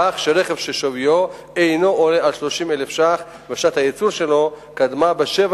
כך שרכב ששוויו אינו עולה על 30,000 ש"ח ושנת הייצור שלו קדמה בשבע